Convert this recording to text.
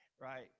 right